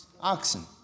oxen